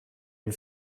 une